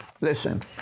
Listen